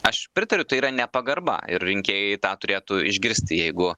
aš pritariu tai yra nepagarba ir rinkėjai tą turėtų išgirsti jeigu